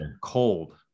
cold